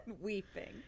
Weeping